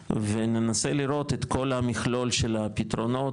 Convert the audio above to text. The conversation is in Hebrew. וננסה לראות את כל המכלול של הפתרונות,